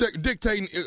dictating